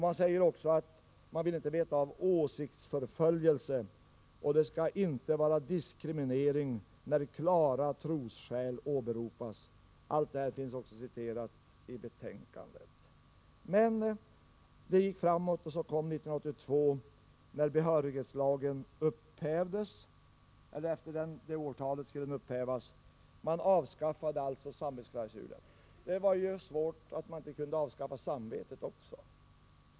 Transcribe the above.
Man säger också att man inte vill veta av åsiktsförföljelse och att det inte skall vara någon diskriminering när klara trosskäl åberopas. Allt detta finns också citerat i betänkandet. Men det gick framåt, och så kom 1982. Efter det året skulle behörighetslagen upphävas. Man avskaffade alltså samvetsklausulen. Det var ju svårt att man inte kunde avskaffa samvetet också!